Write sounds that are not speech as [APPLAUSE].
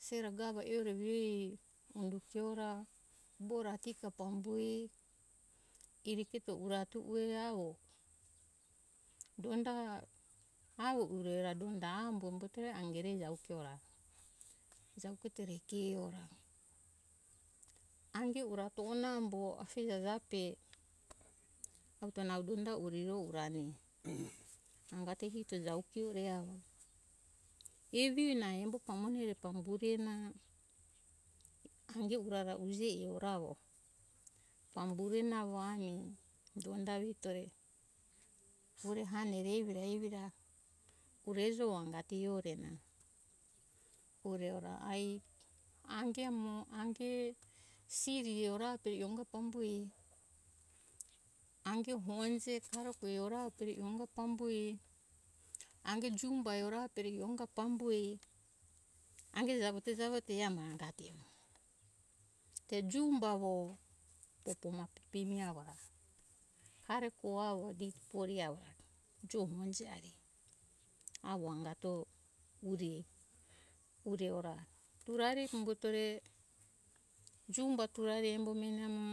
Sere ga ra io vioe umbu kiora fora kika pambue kiri keto urati ue avo donda avo ure ra donda ambo ke angere ora jauketora kio ange uratona ambo afija jape vuto nau donda do ora ami [NOISE] angati hito jau kiore evi ona embo pamone pambu re na ange urara uje e ora avo pambure na mo ami donda vitore pure hane re evi ra evi ra pure ejo angati e ora pure ora ai ange mo ange tiri ora te angae pambue ange honje tora ue ange pambue ange jumba e ora umboi pambue ange javo te javo te amai angato te jumba e avo eto ma pepeni avora are ko avo di dipori avo jo hanje ari avo angato re pure ora purari pambato re jumba turari embo meni amo